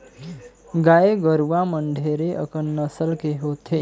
गाय गरुवा मन ढेरे अकन नसल के होथे